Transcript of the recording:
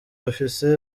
bafise